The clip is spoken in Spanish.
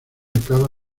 acaba